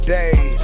days